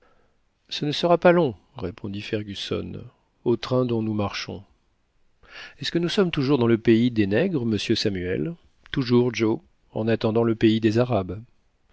ce ne sera pas long répondit fergusson au train dont nous marchons est-ce que nous sommes toujours dans le pays des nègres monsieur samuel toujours joe en attendant le pays des arabes